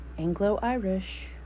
Anglo-Irish